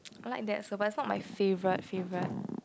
I like that also but it's not my favourite favourite